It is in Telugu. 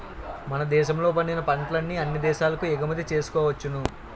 మన దేశంలో పండిన పంటల్ని అన్ని దేశాలకు ఎగుమతి చేసుకోవచ్చును